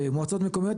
מועצות מקומיות,